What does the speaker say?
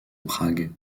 prague